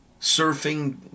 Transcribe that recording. surfing